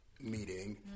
Meeting